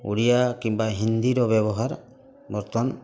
ଓଡ଼ିଆ କିମ୍ବା ହିନ୍ଦୀର ବ୍ୟବହାର ବର୍ତ୍ତମାନ